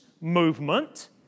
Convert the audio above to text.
movement